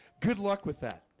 good luck with that.